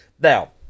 Now